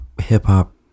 hip-hop